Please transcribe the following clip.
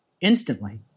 instantly